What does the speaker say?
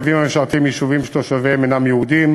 קווים המשרתים יישובים שתושביהם אינם יהודים,